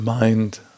Mind